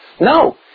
No